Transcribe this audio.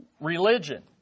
Religion